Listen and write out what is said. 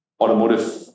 automotive